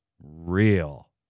real